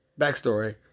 Backstory